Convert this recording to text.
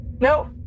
No